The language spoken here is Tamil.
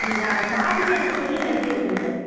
நீங்கள் அதை பார்த்துட்டு எனக்கு சொல்லுங்கள் எப்படி இருக்குன்ட்டு